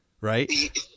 Right